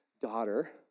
daughter